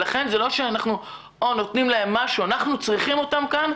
לכן זה לא שאנחנו נותנים להם משהו אנחנו צריכים אותם כאן.